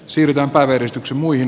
syvä päivystyksen muihin